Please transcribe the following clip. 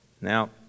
Now